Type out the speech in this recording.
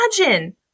imagine